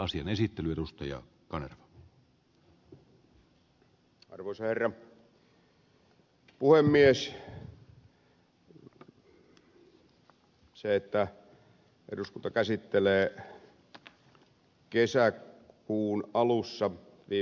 se että eduskunta käsittelee kesäkuun alussa vii